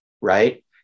right